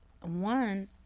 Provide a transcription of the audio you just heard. one